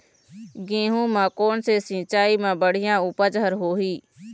गेहूं म कोन से सिचाई म बड़िया उपज हर होही?